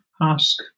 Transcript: ask